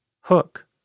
Hook